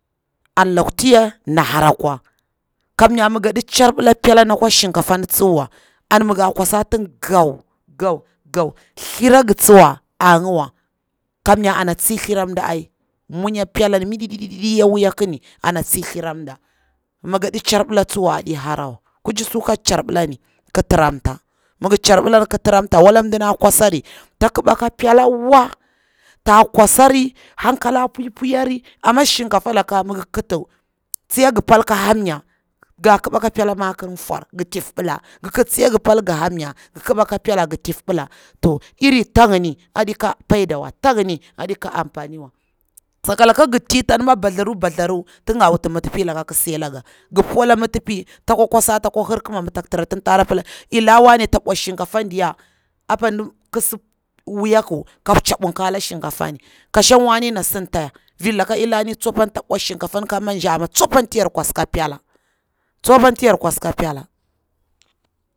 An laku ti yana hara kwa, kamnya mi gaɗi charbila pela na kwa shinkafan wuwa, an mi ga kwasa tin gau, gau thira gi tsuwa ana ngiwa, kam nya ana tsi thira mda ai, munya pelani minidiya wu yaku kini ana tsi thlira mda, mi gaɗi charbila tsuwa aɗi harawa, kuci tsu ka charbila ni ki tiramta, migi charbilani ki tiramta wala mdina kwasari ta kiba ka pela wa, ta kwasari hankala pwi pwi yari, amma shinkafa laka mi ngir kito tsai ngi pal ka hamya ki laɓa ka pela ngi tifbila iri ta ngini aɗika am faniwa, aɗika paida wa, sakalaka ngir ti tan ma batheru, tin ga wut mitipi laka la si laga, ngi pola mitipi takwa kwasari ta kwa hirkina, ma tak tira tin tara pila ila wanne ta bwat shinkafan diya apa ɗi laistsi wuyaku ka tchabun kala shinkafa ni, shang wanne na sidi taya, vir laka ila ni tsopani ta bwat shinkafa ka manja apan tiyar kwas ko pela, tso pan tiya kwas ka pela.